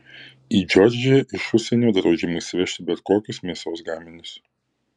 į džordžiją iš užsienio draudžiama įsivežti bet kokius mėsos gaminius